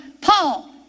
Paul